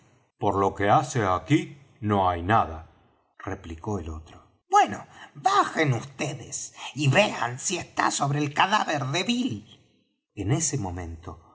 por lo que hace á aquí no hay nada replicó el otro bueno bajen vds y vean si está sobre el cadáver de bill en ese momento